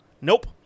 nope